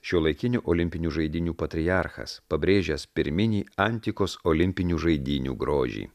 šiuolaikinių olimpinių žaidynių patriarchas pabrėžęs pirminį antikos olimpinių žaidynių grožį